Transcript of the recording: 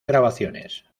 grabaciones